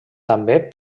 també